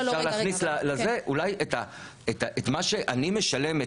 אולי את מה שאני משלם,